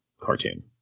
cartoon